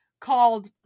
called